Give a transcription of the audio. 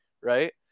Right